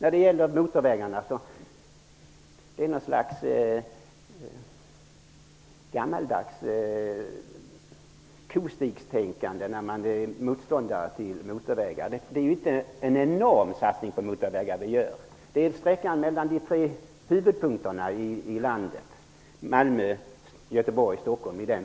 I fråga om motorvägarna ger man uttryck för något slags gammaldags kostigstänkande när man är motståndare till motorvägar. Det är inte en enorm satsning på motorvägar som vi gör. Det gäller sträckorna mellan de tre huvudpunkterna i landet: Malmö--Göteborg--Stockholm.